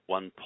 One